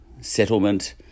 settlement